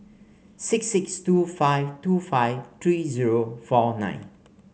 six six two five two five three zero four nine